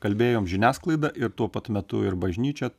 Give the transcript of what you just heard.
kalbėjom žiniasklaida ir tuo pat metu ir bažnyčia